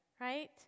right